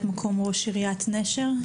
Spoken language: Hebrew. משנה לראש עיריית נשר.